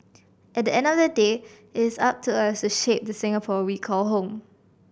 at the end of the day it is up to us to shape the Singapore we call home